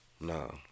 no